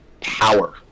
Power